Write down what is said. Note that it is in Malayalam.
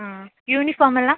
ആ യൂണിഫോം എല്ലാം